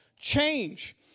change